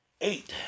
Eight